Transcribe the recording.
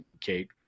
Kate